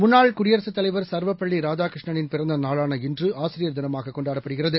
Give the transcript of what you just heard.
முன்னாள் குடியரசுத் தலைவர் சர்வபள்ளி ராதாகிருஷ்ணனிள் பிறந்த நாளான இன்று ஆசிரியர் தினமாக கொண்டாடப்படுகிறது